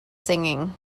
singing